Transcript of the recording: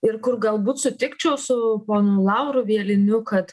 ir kur galbūt sutikčiau su ponu lauru bieliniu kad